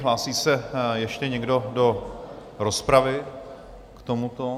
Hlásí se ještě někdo do rozpravy k tomuto?